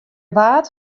waard